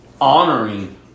honoring